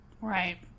Right